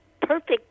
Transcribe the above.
perfect